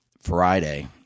Friday